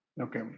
okay